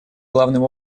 главным